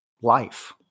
life